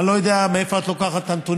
אני לא יודע מאיפה את לוקחת את הנתונים,